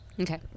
Okay